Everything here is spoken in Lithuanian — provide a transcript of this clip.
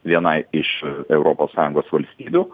vienai iš europos sąjungos valstybių